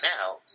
now